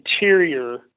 interior